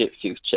future